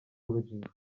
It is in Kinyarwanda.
urujijo